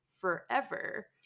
forever